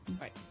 Right